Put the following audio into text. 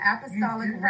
Apostolic